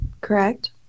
Correct